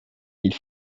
mille